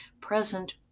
present